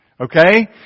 okay